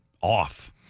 off